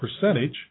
percentage